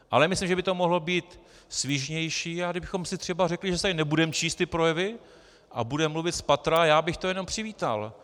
Ale myslím, že by to mohlo být svižnější, a kdybychom si třeba řekli, že si tady nebudeme číst ty projevy a budeme mluvit spatra, já bych to jenom přivítal.